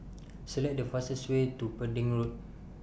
Select The fastest Way to Pending Road